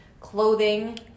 clothing